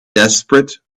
desperate